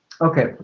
okay